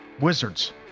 Wizards